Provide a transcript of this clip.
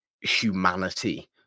humanity